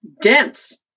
dense